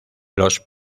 los